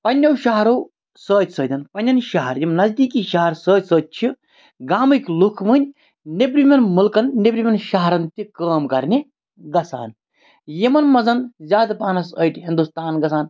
پنٛنیو شَہرو سۭتۍ سۭتۍ پنٛنیٚن شَہر یِم نزدیٖکی شَہَر سۭتۍ سۭتۍ چھِ گامٕکۍ لُکھ وٕنۍ نیٚبرِمیٚن مُلکَن نیٚبرِمیٚن شَہرَن تہِ کٲم کَرنہِ گژھان یِمَن منٛز زیادٕ پَہنَس أڑۍ ہِندُستان گژھان